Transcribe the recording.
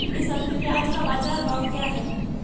इस हफ्ते प्याज़ का बाज़ार भाव क्या है?